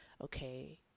okay